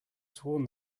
sworn